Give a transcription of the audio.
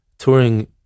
Touring